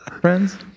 Friends